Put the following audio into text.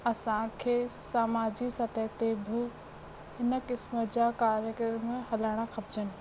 असांखे समाजी सतह ते बि हिन किस्मु जा कार्यक्रम करणु खपिजनि